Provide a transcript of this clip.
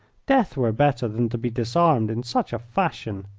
death were better than to be disarmed in such a fashion.